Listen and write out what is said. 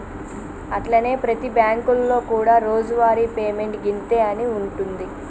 అట్లనే ప్రతి బ్యాంకులలో కూడా రోజువారి పేమెంట్ గింతే అని ఉంటుంది